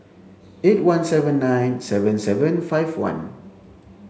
eight one seven nine seven seven five one